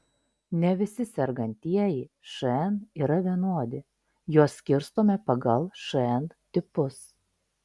ne visi sergantieji šn yra vienodi juos skirstome pagal šn tipus